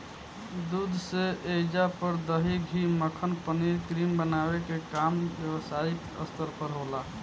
दूध से ऐइजा पर दही, घीव, मक्खन, पनीर, क्रीम बनावे के काम व्यवसायिक स्तर पर होला